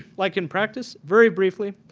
like in practice very briefly